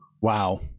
Wow